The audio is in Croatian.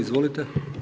Izvolite.